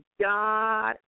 God